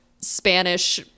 Spanish